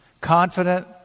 Confident